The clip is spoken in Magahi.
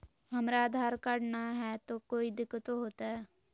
हमरा आधार कार्ड न हय, तो कोइ दिकतो हो तय?